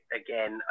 again